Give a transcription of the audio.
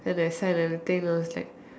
and then I sign on the thing I was like